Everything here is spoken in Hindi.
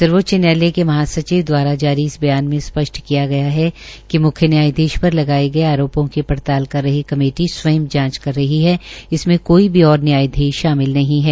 सर्वोच्च न्यायालय के महा सचिव दवारा जारी बयान में स्पष्ट किया गया है कि मुख्य न्यायाधीश पर लगाये गये आरोपो की पड़ताल कर रही कमेटी स्वंय जांच कर रही है इसमें कोई भी और न्यायधीश शामिल नहीं है